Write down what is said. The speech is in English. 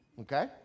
Okay